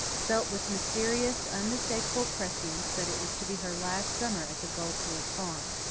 felt with mysterious unmistakable prescience that it was to be her last summer at the gull point farm.